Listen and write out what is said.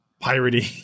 pirating